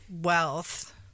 wealth